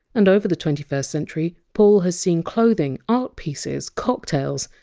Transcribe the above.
and over the twenty first century, paul has seen clothing, art pieces, cocktails,